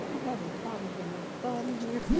having problems with my thumb here.